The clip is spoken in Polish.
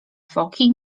foki